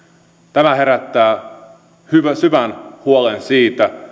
tämä herättää syvän huolen siitä